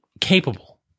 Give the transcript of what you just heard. capable